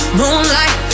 moonlight